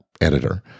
editor